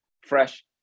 fresh